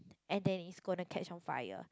and then it's gonna catch on fire